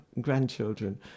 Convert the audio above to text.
grandchildren